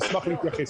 אשמח להתייחס.